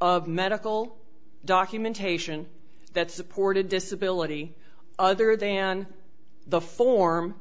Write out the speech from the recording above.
of medical documentation that supported disability other than the form